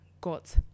got